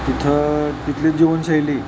तिथं तिथली जीवनशैली